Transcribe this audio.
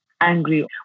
angry